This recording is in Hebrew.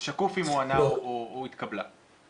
זה שקוף אם הוא ענה או התקבלה ההודעה.